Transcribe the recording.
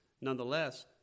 Nonetheless